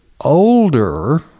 older